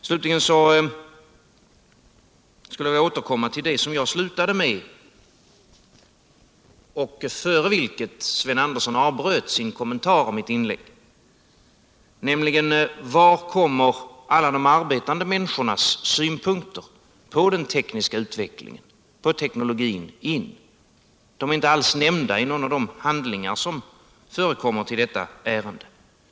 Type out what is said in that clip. Slutligen skulle jag vilja återkomma till det jag slutade med, före vilket Sven Andersson i Örebro avbröt sin kommentar till mitt inlägg, nämligen frågan om var alla de arbetande människornas synpunkter på den tekniska utvecklingen och teknologin kommer in. De är inte alls nämnda i någon av de handlingar som förekommer i detta ärende.